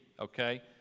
okay